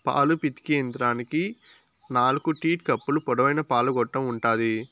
పాలు పితికే యంత్రానికి నాలుకు టీట్ కప్పులు, పొడవైన పాల గొట్టం ఉంటాది